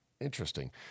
Interesting